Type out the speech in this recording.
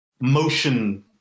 motion